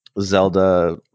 zelda